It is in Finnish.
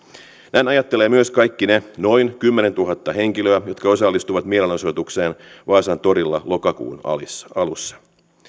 näin ajattelevat myös kaikki ne noin kymmenentuhatta henkilöä jotka osallistuivat mielenosoitukseen vaasan torilla lokakuun alussa alussa